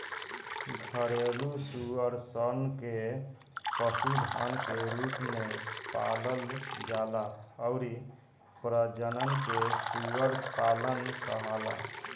घरेलु सूअर सन के पशुधन के रूप में पालल जाला अउरी प्रजनन के सूअर पालन कहाला